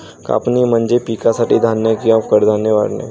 कापणी म्हणजे पिकासाठी धान्य किंवा कडधान्ये काढणे